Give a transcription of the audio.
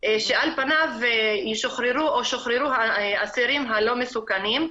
שעל פניו ישוחררו, או שוחררו אסירים הלא מסוכנים.